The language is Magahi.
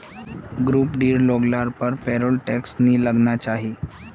ग्रुप डीर लोग लार पर पेरोल टैक्स नी लगना चाहि